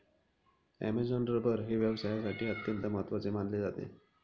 Amazon rubber हे व्यवसायासाठी अत्यंत महत्त्वाचे मानले जाते